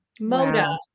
Moda